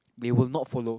they will not follow